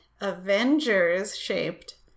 Avengers-shaped